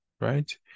right